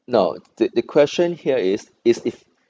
no the the question here is is effective